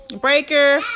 Breaker